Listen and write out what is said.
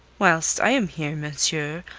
whilst i am here, monsieur,